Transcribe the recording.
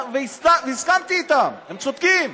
הסכמתי איתם, הם צודקים.